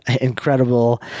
incredible